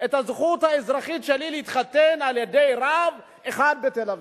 על הזכות האזרחית שלי להתחתן על-ידי רב אחד בתל-אביב.